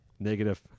negative